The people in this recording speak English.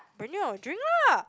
brand new I will drink lah